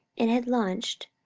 and had launched,